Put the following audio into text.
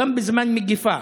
גם זמן מגפה